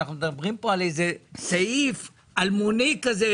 כשאנחנו מדברים פה על איזה סעיף אלמוני כזה,